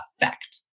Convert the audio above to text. effect